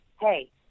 hey